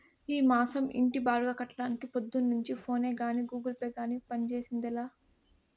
ఈ మాసం ఇంటి బాడుగ కట్టడానికి పొద్దున్నుంచి ఫోనే గానీ, గూగుల్ పే గానీ పంజేసిందేలా